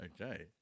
Okay